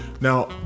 now